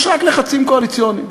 יש רק לחצים קואליציוניים.